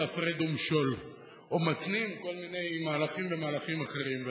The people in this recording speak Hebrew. הפרד ומשול או מתנים כל מיני מהלכים במהלכים אחרים.